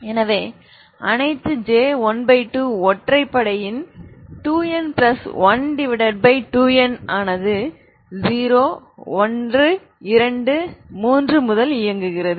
எனவே அனைத்து J12 ஒற்றைப்படை இன் 2n12n ஆனது 0 1 2 3 முதல் இயங்குகிறது